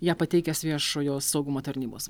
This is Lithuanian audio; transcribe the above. ją pateikęs viešojo saugumo tarnybos